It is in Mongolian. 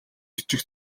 бичих